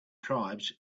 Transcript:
tribes